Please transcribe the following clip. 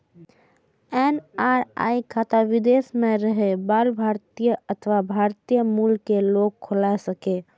NRI खाता विदेश मे रहै बला भारतीय अथवा भारतीय मूल के लोग खोला सकैए